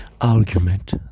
argument